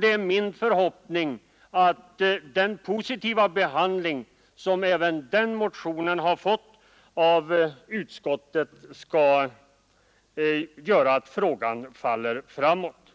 Det är min förhoppning att den positiva behandling som den motionen har fått i utskottet skall göra att frågan faller framåt.